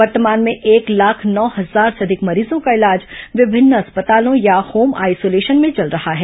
वर्तमान में एक लाख नौ हजार से अधिक मरीजों का इलाज विभिन्न अस्पतालों या होम आइसोलेशन में चल रहा है